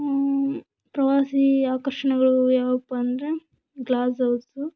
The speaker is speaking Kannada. ಪ್ರವಾಸಿ ಆಕರ್ಷಣೆಗಳು ಯಾವಪ್ಪ ಅಂದರೆ ಗ್ಲಾಸ್ ಹೌಸು